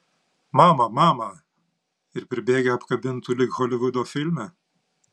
mama mama ir pribėgę apkabintų lyg holivudo filme